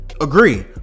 Agree